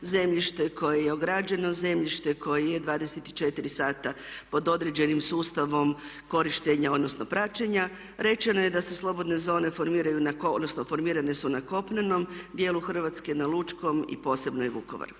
zemljište, koje je ograđeno zemljište, koje je 24 sata pod određenim sustavom korištenja odnosno praćenja. Rečeno je da se slobodne zone formiraju odnosno formirane su na kopnenom dijelu Hrvatske, na lučkom i posebno Vukovaru.